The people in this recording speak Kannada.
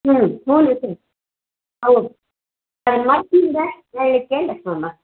ಹ್ಞೂ ಹ್ಞೂ ಇರ್ತೀನಿ ಹೌದು ಸರಿ ಮತ್ತೇನು ಕೇಳಿ ಫೋನ್ ಮಾಡ್ತೀನಿ